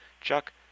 Chuck